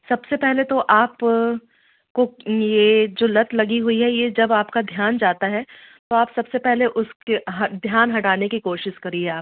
सबसे पहले तो आप को यह जो लत लगी हुई है यह जब आपका ध्यान जाता है तो आप सबसे पहले उसके हाँ ध्यान हटाने की कोशिस करिए आप